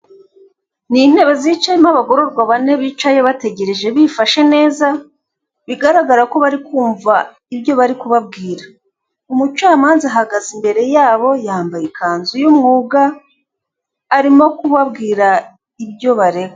Ni intebe zicayemo abagororwa bane bicaye bategereje bifashe neza bigaragara ko bari kumva ibyo bari kubabwira. Umucamanza ahagaze imbere yabo yambaye ikanzu y'umwuga arimo kubabwira ibyo baregwa.